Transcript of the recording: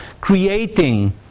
creating